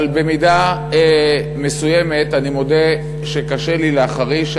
אבל במידה מסוימת אני מודה שקשה לי להחריש.